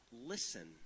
listen